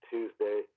Tuesday